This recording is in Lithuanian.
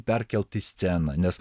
perkelt į sceną nes